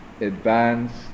advanced